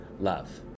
love